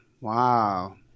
wow